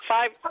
Five